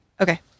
Okay